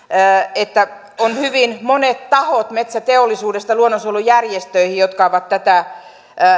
että on hyvin monia tahoja metsäteollisuudesta luonnonsuojelujärjestöihin jotka ovat tätä